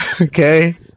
Okay